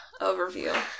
overview